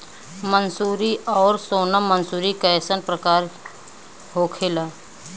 मंसूरी और सोनम मंसूरी कैसन प्रकार होखे ला?